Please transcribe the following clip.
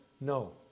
No